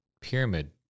pyramid